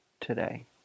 today